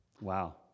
Wow